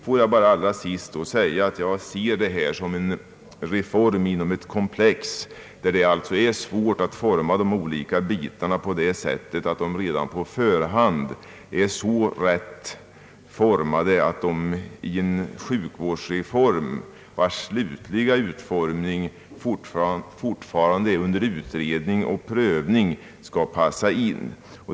Får jag bara dessutom säga, att jag ser detta som en reform inom ett komplex där det är svårt att forma de olika bitarna på ett sådant sätt att de redan på förhand är gjorda att passa in i en sjukvårdsreform, vars slutliga utformning fortfarande är under utredning och prövning.